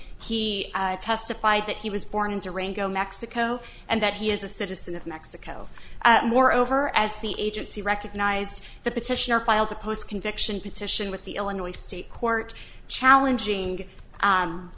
he testified that he was born in durango mexico and that he is a citizen of mexico moreover as the agency recognized the petitioner filed a post conviction petition with the illinois state court challenging